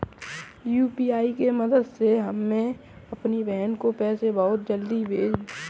UPI के मदद से मैं अपनी बहन को पैसे बहुत जल्दी ही भेज पाता हूं